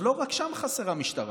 לא רק שם חסרה משטרה,